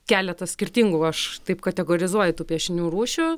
keleta skirtingų aš taip kategorizuoju tų piešinių rūšių